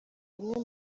bamwe